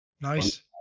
Nice